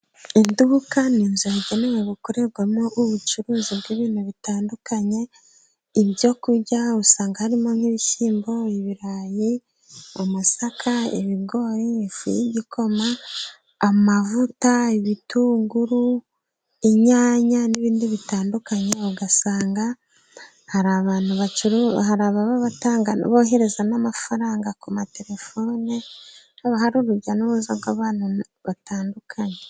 Iduka ni inzu yagenewe gukorerwamo ubucuruzi bw'ibintu bitandukanye. Ibyo kurya usanga harimo: nk'ibishyimbo, ibirayi, amasaka, ibigori, ifu y'igikoma, amavuta, ibitunguru, inyanya n'ibindi bitandukanye. Ugasanga hari abantu bacuru hari ababa bohereza n'amafaranga ku matelefone, haba hari urujya n'uruza rw'abantu batandukanye.